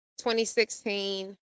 2016